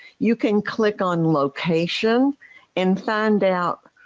you can click on location and find out,